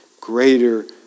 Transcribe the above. greater